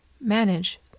manage